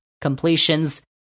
completions